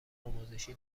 آموزشی